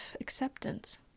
acceptance